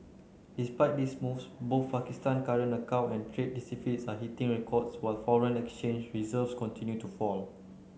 despite these moves both Pakistan current account and trade deficits are hitting records while foreign exchange reserves continue to fall